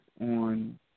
on